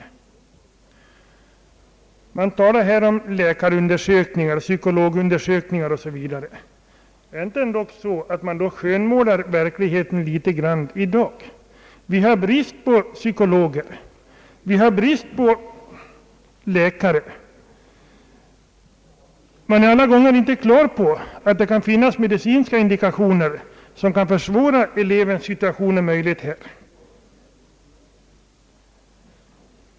Här har talats om noggranna läkarundersökningar, psykologundersökningar m.m. Är detta ändå inte att skönmåla verkligheten en smula? Vi har brist på psykologer, vi har brist på läkare. Man är alla gånger inte på det klara med att det kan finnas medicinska indikationer, som kan försvåra elevens situation och försämra hans möjligheter.